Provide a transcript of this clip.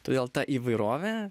todėl ta įvairovė